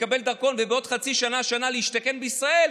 לקבל דרכון ובעוד חצי שנה שנה להשתכן בישראל,